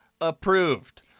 approved